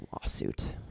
lawsuit